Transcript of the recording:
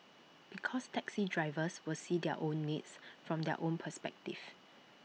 because taxi drivers will see their own needs from their own perspective